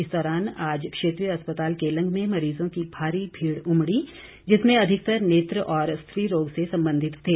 इस दौरान आज क्षेत्रीय अस्पताल केलंग में मरीजों की भारी भीड़ उमड़ी जिसमें अधिकतर नेत्र और स्त्री रोग से संबंधित थे